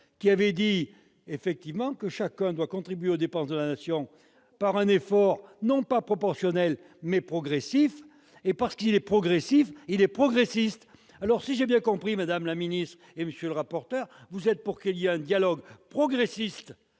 sur l'idée que chacun doit contribuer aux dépenses de la Nation par un effort non pas proportionnel mais progressif. Parce qu'il est progressif, il est progressiste ! Si j'ai bien compris, madame la ministre, monsieur le rapporteur, vous souhaitez promouvoir un dialogue progressiste